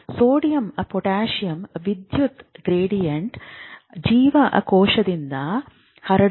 sodium ಪೊಟ್ಯಾಸಿಯಮ್ನ ವಿದ್ಯುತ್ gradient ಎಂದರೆ ಕೆ ಜೀವಕೋಶದಿಂದ ಹರಡುತ್ತದೆ ಮತ್ತು ಸೋಡಿಯಂ ಹರಡುತ್ತದೆ